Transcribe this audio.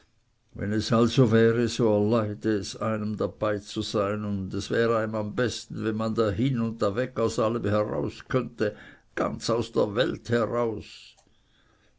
wenn es also wäre so erleide es einem dabeizusein und es wär eim am besten wenn man dahin und daweg aus allem heraus könnte ganz aus der welt heraus